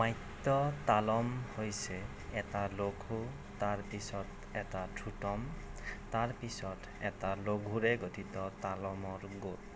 মাত্য তালম হৈছে এটা লঘু তাৰ পিছত এটা ধ্ৰুতম তাৰ পিছত এটা লঘুৰে গঠিত তালমৰ গোট